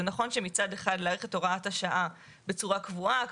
זה נכון שמצד אחד להאריך את הוראת השעה בצורה קבועה זה